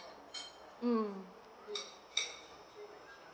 um